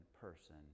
person